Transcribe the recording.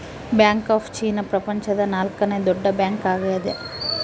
bank of China ಪ್ರಪಂಚದ ನಾಲ್ಕನೆ ದೊಡ್ಡ ಬ್ಯಾಂಕ್ ಆಗ್ಯದ